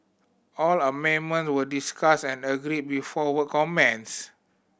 all amendment were discussed and agreed before work commenced